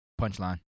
Punchline